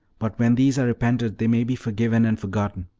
but when these are repented they may be forgiven and forgotten.